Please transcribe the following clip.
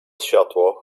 światło